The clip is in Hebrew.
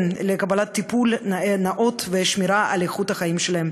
לקבלת טיפול נאות ושמירה על איכות החיים שלהם,